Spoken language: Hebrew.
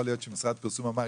יכול להיות שמשרד פרסום אמר,